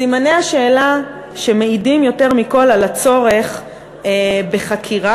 סימני השאלה שמעידים יותר מכול על הצורך בחקירה,